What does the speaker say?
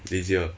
lazier